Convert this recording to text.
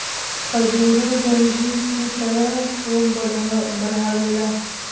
खजूरो अंजीर की तरह खून बढ़ावेला